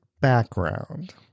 background